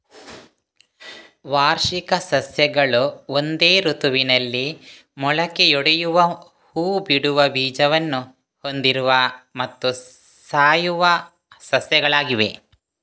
ವಾರ್ಷಿಕ ಸಸ್ಯಗಳು ಒಂದೇ ಋತುವಿನಲ್ಲಿ ಮೊಳಕೆಯೊಡೆಯುವ ಹೂ ಬಿಡುವ ಬೀಜವನ್ನು ಹೊಂದಿರುವ ಮತ್ತು ಸಾಯುವ ಸಸ್ಯಗಳಾಗಿವೆ